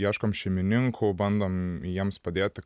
ieškom šeimininkų bandom jiems padėti